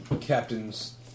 captain's